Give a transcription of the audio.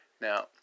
Now